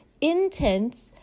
intense